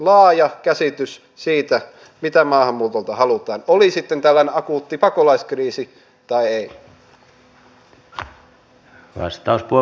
laaja käsitys siitä mitä maahanmuutolta halutaan oli sitten tällainen akuutti pakolaiskriisi tai ei